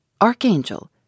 Archangel